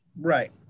right